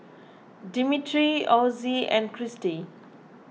Dimitri Ozzie and Cristy